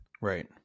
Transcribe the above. Right